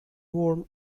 warm